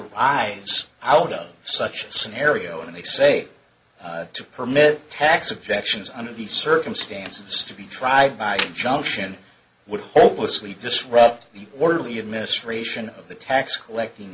arise out of such a scenario and they say to permit tax objections under the circumstances to be tried by injunction would hopelessly disrupt the orderly administration of the tax collecting